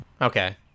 okay